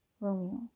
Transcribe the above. Romeo